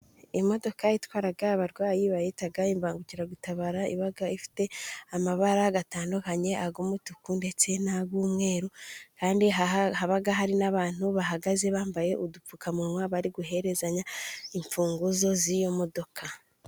Imodoka Itwara abarwayi bayita imbangukiragutabara. Iba ifite amabara gatandukanye: ay' umutuku ndetse n'ay'umweru, kandi haba hari n'abantu bahagaze bambaye udupfukamunwa bari guherezanya imfunguzo z'iyo modoka.